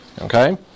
Okay